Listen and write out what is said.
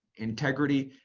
integrity,